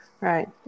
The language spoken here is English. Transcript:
Right